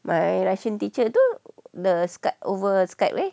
my russian teacher tu the skype over skype eh